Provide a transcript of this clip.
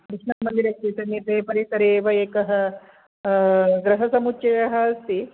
तस्य मन्दिरस्य समीपे परिसरे एव एकः गृहसमुच्चयः अस्ति